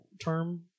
term